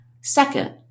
Second